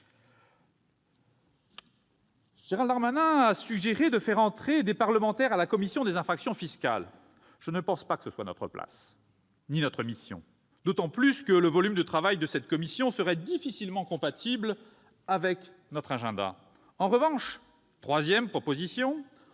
Gérald Darmanin a suggéré de faire entrer des parlementaires à la commission des infractions fiscales. Je ne pense pas que ce soit notre place ou notre mission, d'autant que le volume de travail de cette commission serait difficilement compatible avec notre agenda. En revanche, troisième proposition,